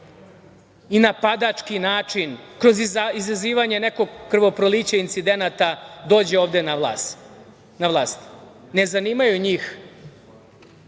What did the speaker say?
i napadački način, kroz izazivanje nekog krvoprolića, incidenata dođe ovde na vlast. Ne zanimaju njih